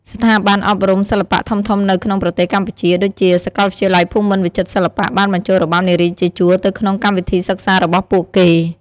ស្ថាប័នអប់រំសិល្បៈធំៗនៅក្នុងប្រទេសកម្ពុជា ដូចជាសាកលវិទ្យាល័យភូមិន្ទវិចិត្រសិល្បៈ បានបញ្ចូលរបាំនារីជាជួរទៅក្នុងកម្មវិធីសិក្សារបស់ពួកគេ។